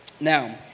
Now